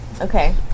Okay